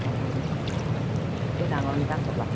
এই ডাঙৰকেইটাক ক'বা